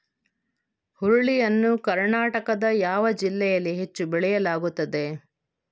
ಹುರುಳಿ ಯನ್ನು ಕರ್ನಾಟಕದ ಯಾವ ಜಿಲ್ಲೆಯಲ್ಲಿ ಹೆಚ್ಚು ಬೆಳೆಯಲಾಗುತ್ತದೆ?